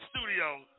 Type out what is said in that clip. studio